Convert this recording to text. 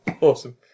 Awesome